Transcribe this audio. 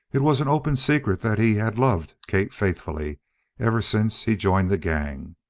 it was an open secret that he had loved kate faithfully ever since he joined the gang.